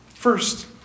First